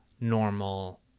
normal